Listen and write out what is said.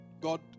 God